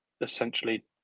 essentially